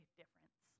difference